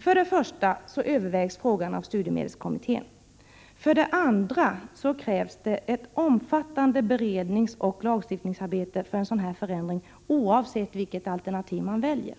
För det första övervägs frågan av studiemedelskommittén och för det andra krävs det ett omfattande beredningsoch lagstiftningsarbete för en sådan här förändring, oavsett vilket alternativ man väljer.